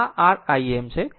આમ આ r Im છે